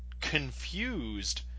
confused